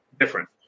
different